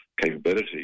capability